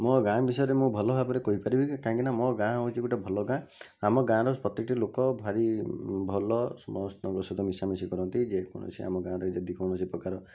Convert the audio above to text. ମୋ ଗାଁ ବିଷୟରେ ମୁଁ ଭଲ ଭାବରେ କହି ପାରିବିକି କାହିଁକିନା ମୋ ଗାଁ ହେଉଛି ଗୋଟେ ଭଲ ଗାଁ ଆମ ଗାଁ'ର ପ୍ରତିଟି ଲୋକ ଭାରି ଭଲ ସମସ୍ତଙ୍କ ସହିତ ମିଶାମିଶି କରନ୍ତି ଯେକୌଣସି ଆମ ଗାଁ'ରେ ଜଦି ଯେକୌଣସି ପ୍ରକାର